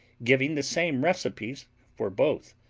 giving the same recipes for both,